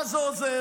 מה זה עוזר?